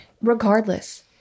Regardless